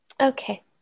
Okay